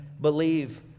believe